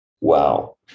Wow